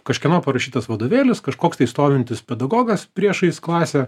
kažkieno parašytas vadovėlis kažkoks tai stovintis pedagogas priešais klasę